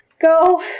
go